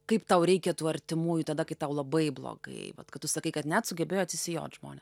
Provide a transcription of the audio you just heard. kaip tau reikia tų artimųjų tada kai tau labai blogai vat kad tu sakai kad net sugebėjo atsisijot žmonės